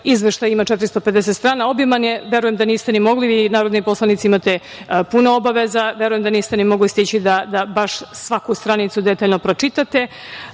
izveštaj ima 450 strana, obiman je, verujem da niste ni mogli, vi narodni poslanici imate puno obaveza, verujem da niste ni mogli stići da baš svaku stranicu detaljno pročitate,